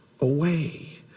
away